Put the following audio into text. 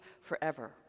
forever